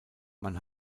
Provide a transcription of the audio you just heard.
man